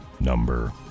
number